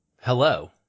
Hello